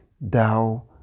thou